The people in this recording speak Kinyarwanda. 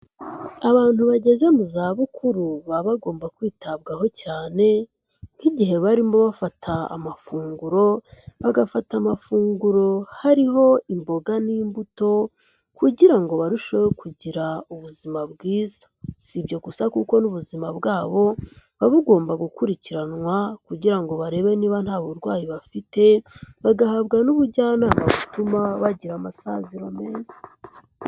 Abantu bageze mu za bukuru baba bagomba kwitabwaho cyane, nk'igihe barimo bafata amafunguro, bagafata amafunguro hariho imboga n'imbuto, kugira ngo barusheho kugira ubuzima bwiza. Si ibyo gusa kuko n'ubuzima bwabo, buba bugomba gukurikiranwa kugira ngo barebe niba nta burwayi bafite, bagahabwa n'ubujyanama butuma bagira amasaziro meza.